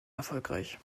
erfolgreich